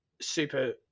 super